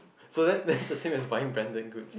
so that that's the same as buying branded goods [what]